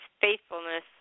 faithfulness